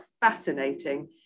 fascinating